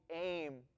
aim